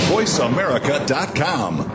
VoiceAmerica.com